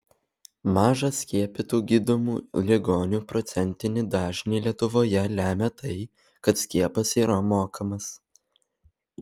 mažą skiepytų gydomų ligonių procentinį dažnį lietuvoje lemia tai kad skiepas yra mokamas